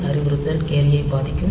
C அறிவுறுத்தல் கேரியை பாதிக்கும்